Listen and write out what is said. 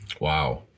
Wow